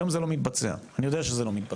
היום זה לא מתבצע, אני יודע שזה לא מתבצע.